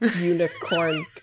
unicorn